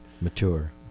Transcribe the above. Mature